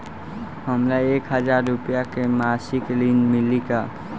हमका एक हज़ार रूपया के मासिक ऋण मिली का?